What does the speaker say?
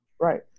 Right